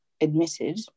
admitted